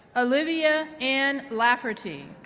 olivia anne lafferty,